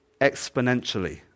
exponentially